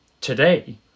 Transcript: today